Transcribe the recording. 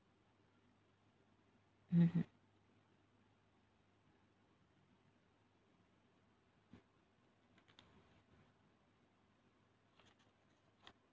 mmhmm